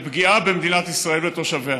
לפגיעה במדינת ישראל ותושביה.